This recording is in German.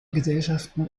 gesellschaften